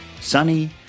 sunny